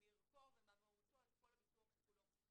מאורכו וממהותו את כל הביטוח כולו.